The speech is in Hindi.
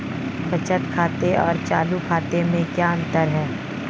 बचत खाते और चालू खाते में क्या अंतर है?